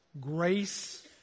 grace